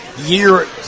year